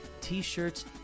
t-shirts